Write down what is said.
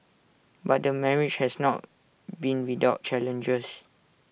but the marriage has not been without challenges